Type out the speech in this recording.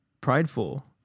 prideful